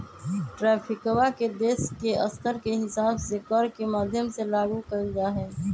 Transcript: ट्रैफिकवा के देश के स्तर के हिसाब से कर के माध्यम से लागू कइल जाहई